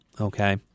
Okay